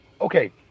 Okay